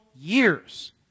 years